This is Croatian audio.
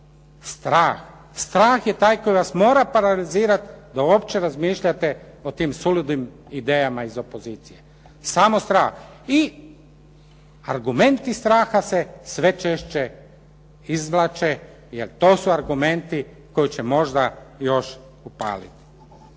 Strah. Strah je taj koji vas mora paralizirati da uopće razmišljate o tim suludim idejama iz opozicije. Samo strah i argumenti straha se sve češće izvlače jer to su argumenti koji će možda još upaliti.